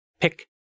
Pick